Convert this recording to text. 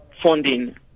funding